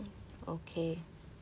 okay